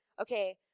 okay